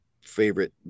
favorite